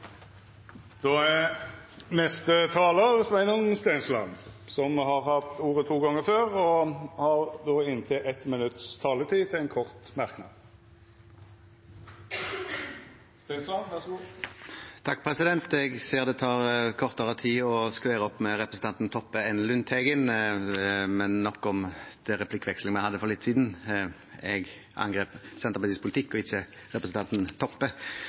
Sveinung Stensland har hatt ordet to gonger tidlegare og får ordet til ein kort merknad, avgrensa til 1 minutt. Jeg ser at det tar kortere tid å skvære opp med representanten Toppe enn med representanten Lundteigen, men nok om den replikkvekslingen vi hadde for litt siden. Jeg angrep Senterpartiets politikk og ikke representanten Toppe.